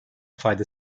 fayda